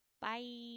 Bye